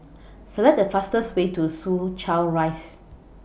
Select The fastest Way to Soo Chow Rise